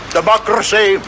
Democracy